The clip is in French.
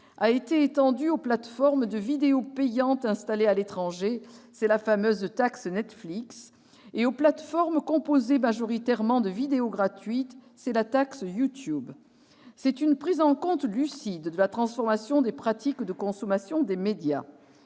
a été étendue aux plateformes de vidéos payantes installées à l'étranger- la fameuse taxe Netflix -et aux plateformes composées majoritairement de vidéos gratuites- la taxe YouTube. C'est une prise en compte lucide de la transformation des pratiques de consommation des médias.